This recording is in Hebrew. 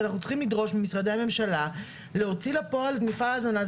ואנחנו צריכים לדרוש ממשרדי הממשלה להוציא לפועל את מפעל ההזנה.